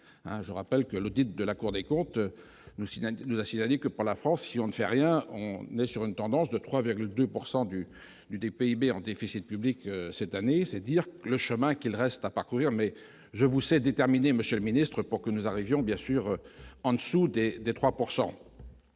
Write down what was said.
je rappelle que l'audit de la Cour des comptes nous signons nous a signalé que pour la France si on ne fait rien, on n'est sur une tendance de 3,2 pourcent du du du des PIB en déficit public cette année, c'est dire le chemin qu'il reste à parcourir, mais je vous sais déterminer, monsieur le ministre, pour que nous arrivions, bien sûr en en-dessous des des